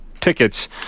Tickets